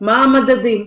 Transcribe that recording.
מהם המדדים?